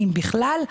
אם בכלל.